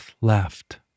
laughed